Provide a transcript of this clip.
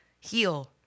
heal